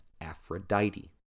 Aphrodite